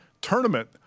tournament